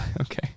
Okay